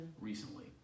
recently